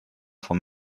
vom